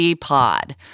pod